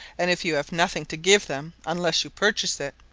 and if you have nothing to give them unless you purchase it,